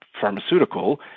pharmaceutical